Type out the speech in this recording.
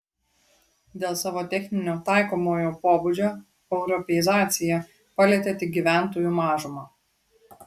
dėl savo techninio taikomojo pobūdžio europeizacija palietė tik gyventojų mažumą